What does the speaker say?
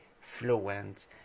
fluent